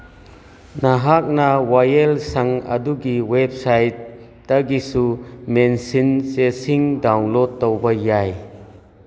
ꯅꯍꯥꯛꯅ ꯋꯥꯌꯦꯜꯁꯪ ꯑꯗꯨꯒꯤ ꯋꯦꯕꯁꯥꯏꯠꯇꯒꯤꯁꯨ ꯃꯦꯟꯁꯤꯟ ꯆꯦꯁꯤꯡ ꯗꯥꯎꯟꯂꯣꯠ ꯇꯧꯕ ꯌꯥꯏ